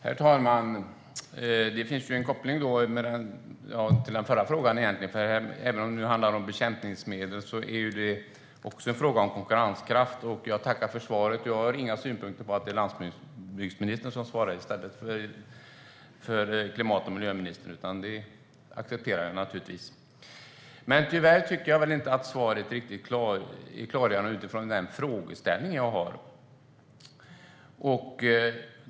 Herr talman! Det finns egentligen en koppling till den förra frågan, för även om det nu handlar om bekämpningsmedel är det ju också en fråga om konkurrenskraft. Jag tackar för svaret. Jag har inga synpunkter på att det är landsbygdsministern som svarar i stället för klimat och miljöministern, utan det accepterar jag naturligtvis. Men tyvärr tycker jag inte att svaret är riktigt klargörande utifrån min frågeställning.